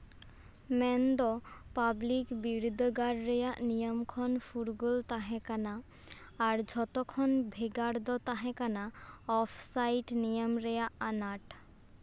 ᱢᱮᱱᱫᱚ ᱯᱟᱵᱽᱞᱤᱠ ᱵᱤᱨᱫᱟᱹᱜᱟᱲ ᱨᱮᱭᱟᱜ ᱱᱤᱭᱚᱢ ᱠᱷᱚᱱ ᱯᱷᱩᱨᱜᱟᱹᱞ ᱛᱟᱦᱮᱸ ᱠᱟᱱᱟ ᱟᱨ ᱡᱷᱚᱛᱚ ᱠᱷᱚᱱ ᱵᱷᱮᱜᱟᱨ ᱫᱚ ᱛᱟᱦᱮᱸ ᱠᱟᱱᱟ ᱚᱯᱷᱥᱟᱭᱤᱴ ᱱᱤᱭᱚᱢ ᱨᱮᱱᱟᱜ ᱟᱱᱟᱴ